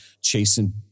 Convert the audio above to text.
chasing